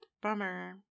Bummer